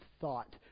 thought